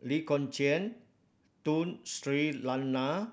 Lee Kong Chian Tun Sri Lanang